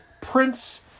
prince